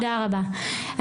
תודה רבה,